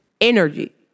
energy